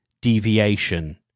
deviation